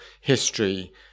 history